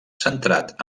centrat